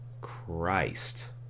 Christ